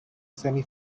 semi